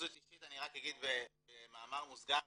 בהתייחסות אישית אני אגיד במאמר מוסגר,